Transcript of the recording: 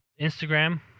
Instagram